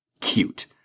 cute